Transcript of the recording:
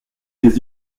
des